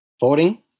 voting